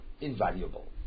invaluable